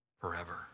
forever